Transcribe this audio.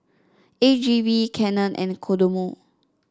A G V Canon and Kodomo